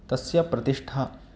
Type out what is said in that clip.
तस्य प्रतिष्ठा